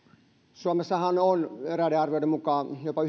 suomessahan on eräiden arvioiden mukaan jopa